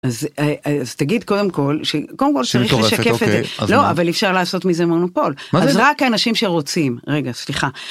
אז תגיד קודם כל ש - אוקיי - לא אבל אפשר לעשות מזה מונופול - מה זה - רק אנשים שרוצים רגע סליחה.